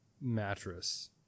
mattress